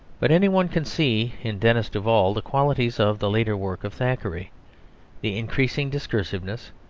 but any one can see in denis duval the qualities of the later work of thackeray the increasing discursiveness,